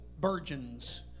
virgins